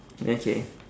okay